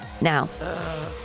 Now